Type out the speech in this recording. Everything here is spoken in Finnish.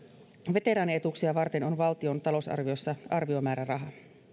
veteraanietuuksia varten on valtion talousarviossa arviomääräraha